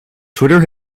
twitter